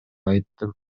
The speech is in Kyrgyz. айттым